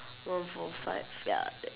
one four five ya that